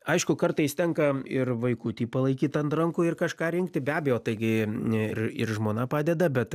aišku kartais tenka ir vaikutį palaikyt ant rankų ir kažką rinkti be abejo taigi ir ir žmona padeda bet